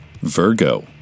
Virgo